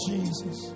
Jesus